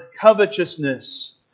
covetousness